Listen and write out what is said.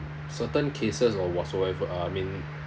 certain cases or whatsoever I mean